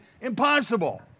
impossible